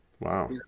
wow